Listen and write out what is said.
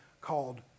called